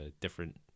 different